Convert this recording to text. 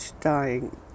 dying